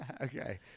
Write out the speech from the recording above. Okay